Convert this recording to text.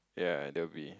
ya there will be